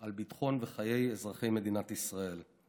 על ביטחון אזרחי מדינת ישראל וחייהם.